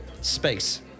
space